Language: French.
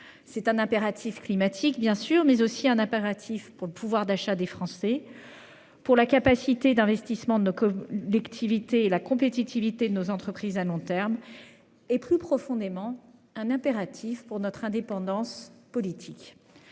C'est un impératif pour le climat, bien sûr, mais aussi pour le pouvoir d'achat des Français, pour la capacité d'investissement de nos collectivités et la compétitivité de nos entreprises à long terme, ainsi que, plus profondément, pour notre indépendance politique.